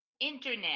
internet